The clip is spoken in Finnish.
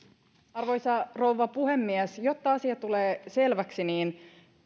arvoisa rouva puhemies jotta asia tulee selväksi niin